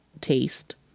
taste